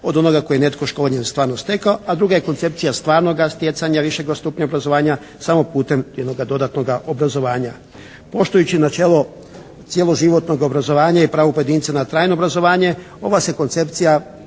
od onoga tko je neko školovanje stvarno stekao, a druga je koncepcija stvarnoga stjecanja višega stupnja obrazovanja samo putem jednoga dodatnoga obrazovanja. Poštujući načelo cjeloživotnog obrazovanja i pravo pojedinca na trajno obrazovanje ova se koncepcija